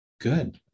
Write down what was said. Good